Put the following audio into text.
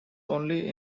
only